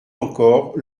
encore